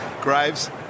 Graves